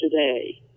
today